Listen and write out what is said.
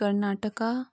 Karnataka